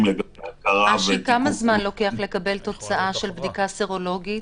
לגבי הכרה --- כמה זמן לוקח לקבל תוצאה של בדיקה סרולוגית?